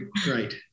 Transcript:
great